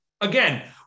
Again